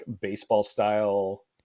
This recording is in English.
baseball-style